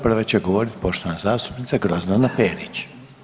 Prva će govorit poštovana zastupnica Grozdana Perić.